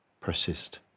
Persist